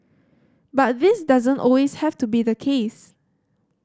but this doesn't always have to be the case